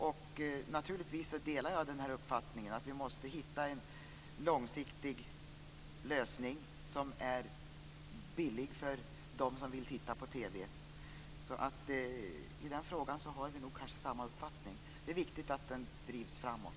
Jag delar naturligtvis uppfattningen att vi måste hitta en långsiktig lösning, som är billig för dem som vill titta på TV. I den frågan har vi nog samma uppfattning. Det är viktigt att den drivs framåt.